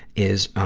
is, ah,